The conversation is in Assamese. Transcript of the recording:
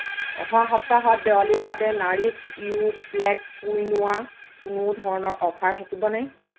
অহা সপ্তাহত দেৱালীৰ বাবে নাৰিছ য়ু ব্লেক কুইনোৱাত কোনো ধৰণৰ অফাৰ থাকিব নে